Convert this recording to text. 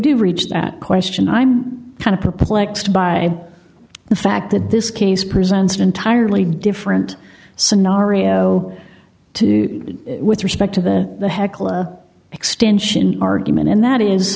do reach that question i'm kind of perplexed by the fact that this case presents an entirely different scenario to with respect to the hecla extension argument and that is